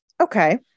Okay